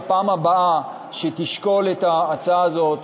בפעם הבאה שתשקול את ההצעה הזאת,